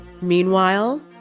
Meanwhile